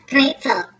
Grateful